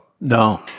No